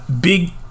Big